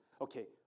Okay